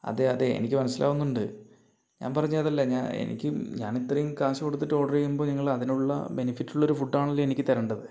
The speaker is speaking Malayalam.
അതേ അതേ എനിക്ക് മനസ്സിലാവുന്നുണ്ട് ഞാൻ പറഞ്ഞ അതല്ല എനിക്ക് ഞാനിത്രയും കാശ് കൊടുത്തിട്ട് ഓർഡർ ചെയ്യുമ്പോൾ നിങ്ങളതിനുള്ള ബെനിഫിറ്റുള്ള ഫുഡാണല്ലോ എനിക്ക് തരേണ്ടത്